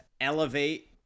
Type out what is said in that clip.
elevate